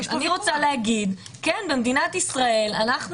אני רוצה להגיד: כן, במדינת ישראל אנחנו